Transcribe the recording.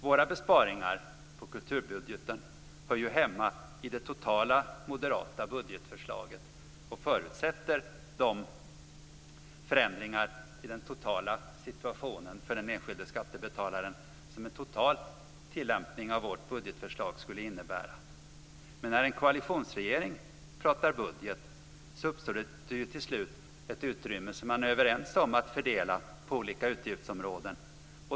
Våra besparingar på kulturbudgeten hör hemma i det totala moderata budgetförslaget och förutsätter de förändringar i den totala situationen för den enskilde skattebetalaren som en total tillämpning av vårt budgetförslag skulle innebära. När en koalitionsregering pratar budget uppstår det till slut ett utrymme som man är överens om att fördela på olika utgiftsområden.